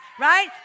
right